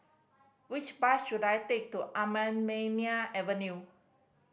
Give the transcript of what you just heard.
which bus should I take to Anamalai Avenue